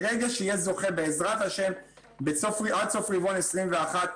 ברגע שיהיה זוכה, בעזרת השם, עד סוף רבעון 2021,